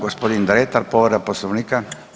Gospodin Dretar povreda Poslovnika.